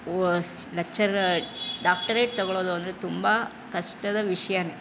ಓ lecturer doctorate ತಗೊಳೋದು ಅಂದರೆ ತುಂಬ ಕಷ್ಟದ ವಿಷ್ಯವೇ